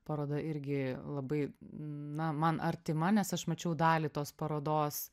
paroda irgi labai na man artima nes aš mačiau dalį tos parodos